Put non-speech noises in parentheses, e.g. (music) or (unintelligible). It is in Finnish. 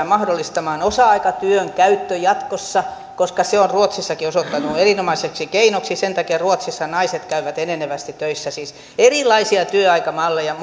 (unintelligible) mahdollistamaan osa aikatyön käyttö jatkossa koska se on ruotsissakin osoittautunut erinomaiseksi keinoksi sen takia ruotsissa naiset käyvät enenevästi töissä siis erilaisia työaikamalleja (unintelligible)